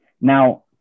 now